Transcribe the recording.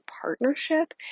partnership